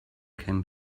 came